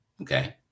okay